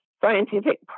scientific